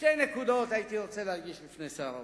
שתי נקודות הייתי רוצה להדגיש בפני שר האוצר,